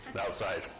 outside